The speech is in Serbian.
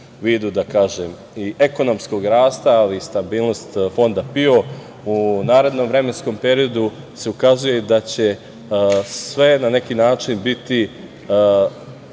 vidu i ekonomskog rasta, ali i stabilnost Fonda PIO u narednom vremenskom periodu se ukazuje da će sve na neki način biti